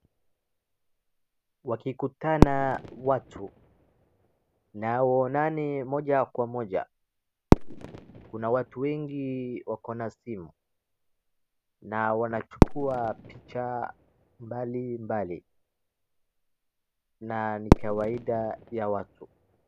Wakikutana watu na waonane moja kwa moja, kuna watu wengi wako na stima, na wanachukua picha mbalimbali na ni kawaida ya watu.